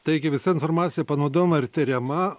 taigi visa informacija panaudojama ir tiriama